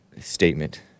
statement